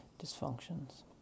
dysfunctions